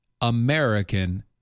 American